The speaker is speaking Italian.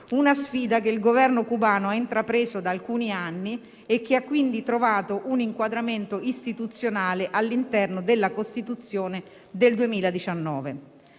una sfida che il Governo cubano ha intrapreso da alcuni anni e che ha quindi trovato un inquadramento istituzionale all'interno della Costituzione del 2019.